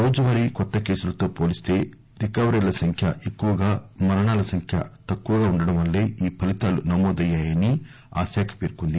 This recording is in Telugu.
రోజు వారీ కొత్త కేసులతో పోలిస్త రికవరీల సంఖ్య ఎక్కువగా మరణాల సంఖ్య తక్కువగా ఉండడం వల్లే ఈ ఫలితాలు నమోదయ్యాయని ఆశాఖ పేర్కొంది